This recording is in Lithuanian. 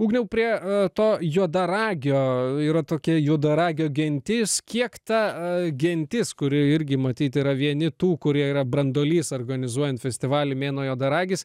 ugniau prie to juodaragio yra tokia juodaragio gentis kiek ta gentis kuri irgi matyt yra vieni tų kurie yra branduolys organizuojant festivalį mėnuo juodaragis